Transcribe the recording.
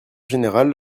général